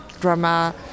drama